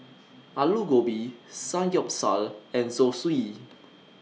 Alu Gobi Samgyeopsal and Zosui